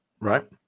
Right